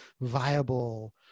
viable